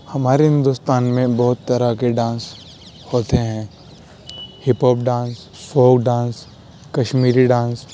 ہمارے ہندوستان میں بہت طرح کے ڈانس ہوتے ہیں hip hop dance folk dance Kashmiri dance